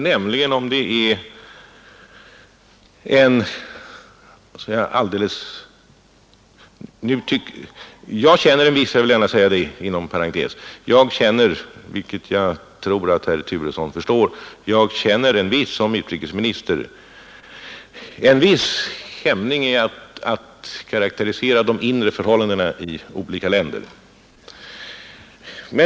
Jag vill gärna säga inom parentes att jag känner, vilket jag tror att herr Turesson förstår, som utrikesminister en viss hämning inför att karakterisera de inre förhållandena i olika länder.